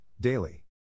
daily